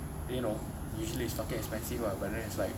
you know usually it's fucking expensive ah but then it's like